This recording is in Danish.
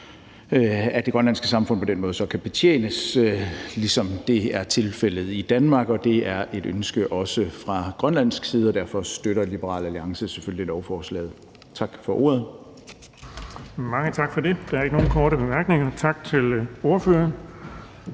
at det grønlandske samfund på den måde så kan betjenes, ligesom det er tilfældet i Danmark. Det er også et ønske fra grønlandsk side, og derfor støtter Liberal Alliance selvfølgelig lovforslaget. Tak for ordet. Kl. 13:07 Den fg. formand (Erling Bonnesen): Mange tak til ordføreren